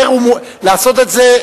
לעשות את זה,